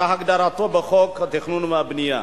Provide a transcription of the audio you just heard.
כהגדרתו בחוק התכנון והבנייה".